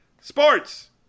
Sports